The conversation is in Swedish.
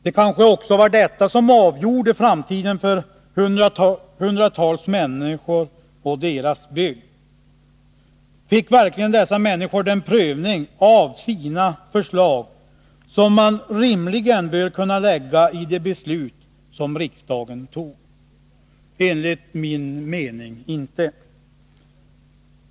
Det kanske också var detta som avgjorde framtiden för hundratals människor och deras bygd. Fick verkligen dessa människor den prövning av sina förslag som man rimligen bör kunna lägga i det beslut som riksdagen tog? Enligt min mening fick de inte det.